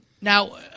now